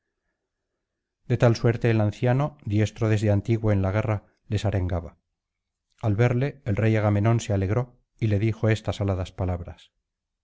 de tal suerte el anciano diestro desde antiguo en la guerra les arengaba al verle el rey agamenón se alegró y le dijo estas aladas palabras